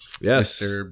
Yes